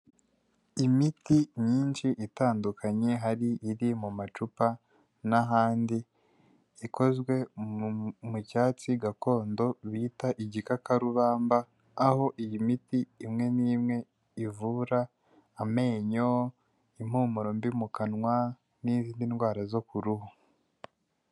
Imiti myinshi itandukanye hari iri mu macupa n'ahandi, ikozwe mu cyatsi gakondo bita igikakarubamba, aho iyi miti imwe n'imwe ivura amenyo, impumuro mbi mu kanwa, n'izindi ndwara zo ku ruhu.